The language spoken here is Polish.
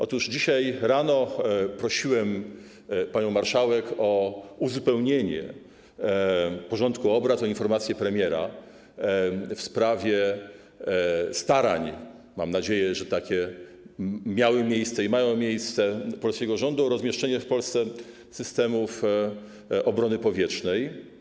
Otóż dzisiaj rano prosiłem panią marszałek o uzupełnienie porządku obrad o informację premiera w sprawie starań - mam nadzieję, że takie miały miejsce i mają miejsce - polskiego rządu o rozmieszczenie w Polsce systemów obrony powietrznej.